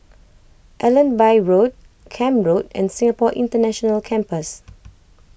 Allenby Road Camp Road and Singapore International Campus